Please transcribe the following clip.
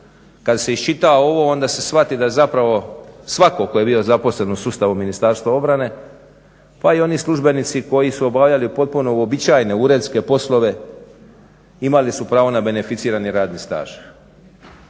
Kad se iščita ovo onda se shvati da je zapravo svatko tko je bio zaposlen u sustavu Ministarstva obrane pa i oni službenici koji su obavljali potpuno uobičajene uredske poslove imali su pravo na beneficirani radni staž.